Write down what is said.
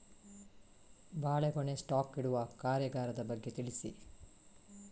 ಬಾಳೆಗೊನೆ ಸ್ಟಾಕ್ ಇಡುವ ಕಾರ್ಯಗಾರದ ಬಗ್ಗೆ ತಿಳಿಸಿ